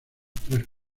tres